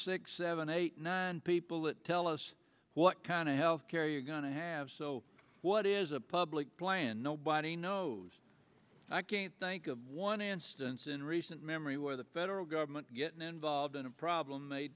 six seven eight nine people that tell us what kind of health care you're going to have so what is a public plan nobody knows i can't think of one instance in recent memory where the federal government getting involved in a problem made